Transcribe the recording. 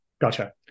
Gotcha